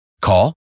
Call